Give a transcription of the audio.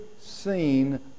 seen